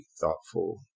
thoughtful